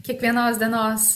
kiekvienos dienos